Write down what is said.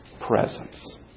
presence